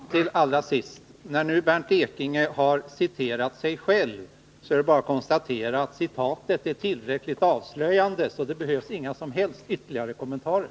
Fru talman! Allra sist: När nu Bernt Ekinge har citerat sig själv, är det bara att konstatera att citatet är tillräckligt avslöjande. Det behövs inga som helst ytterligare kommentarer.